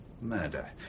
murder